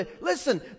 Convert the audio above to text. Listen